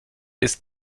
ist